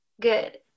Good